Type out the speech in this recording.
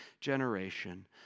generation